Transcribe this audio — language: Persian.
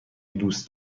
دوست